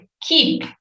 keep